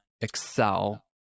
excel